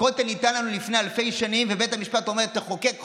הכותל ניתן לנו לפני אלפי שנים ובית המשפט אומר: תחוקק חוק,